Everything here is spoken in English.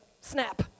snap